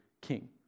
king